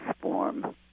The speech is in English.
form